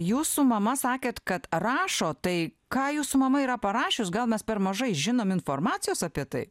jūsų mama sakėt kad rašo tai ką jūsų mama yra parašius gal mes per mažai žinom informacijos apie tai